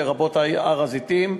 לרבות הר-הזיתים,